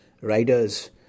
riders